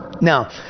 Now